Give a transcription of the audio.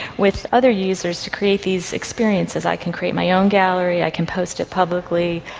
with other users to create these experiences. i can create my own gallery, i can post it publicly,